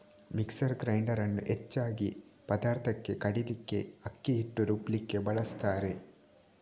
mixer grinder ಅನ್ನು ಹೆಚ್ಚಾಗಿ ಪದಾರ್ಥಕ್ಕೆ ಕಡೀಲಿಕ್ಕೆ, ಅಕ್ಕಿ ಹಿಟ್ಟು ರುಬ್ಲಿಕ್ಕೆ ಬಳಸ್ತಾರೆ